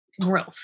growth